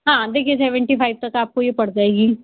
हाँ देखिये seventy five तक आपको ये पड़ जाएगी